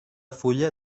fulla